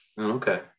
Okay